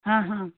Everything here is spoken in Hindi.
हाँ हाँ